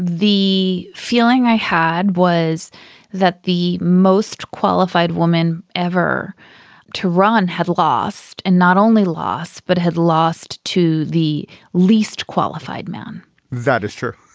the feeling i had was that the most qualified woman ever to run had lost and not only lost but had lost to the least qualified man that is true.